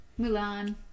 Mulan